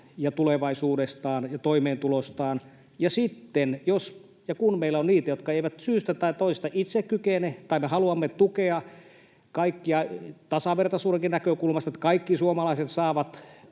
tulevaisuudestamme ja toimeentulostamme. Sitten jos ja kun meillä on niitä, jotka eivät syystä tai toisesta itse kykene, tai me haluamme tukea kaikkia tasavertaisuudenkin näkökulmasta, että kaikki suomalaiset saavat,